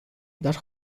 dar